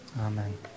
Amen